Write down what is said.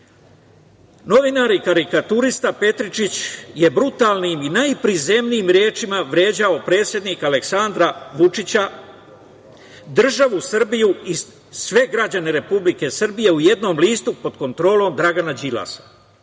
Novinar i karikaturista Petričić je brutalnim i najprizemnijim rečima vređao predsednika Aleksandra Vučića, državu Srbiju i sve građane Republike Srbije u jednom listu pod kontrolom Dragana Đilasa.